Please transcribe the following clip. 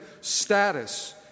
status